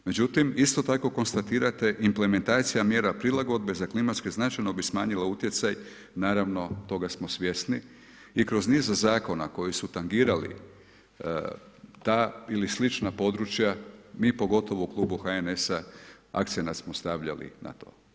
Međutim, isto tako konstatirate implementaciju mjera prilagodbe, za klimatsku, značajno bi smanjilo utjecaj, naravno toga smo svjesni i kroz niz zakona koja su tangirali, ta ili slična područja, mi pogotovo u Klubu HNS-a akcenat smo stavljali na to.